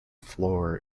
floor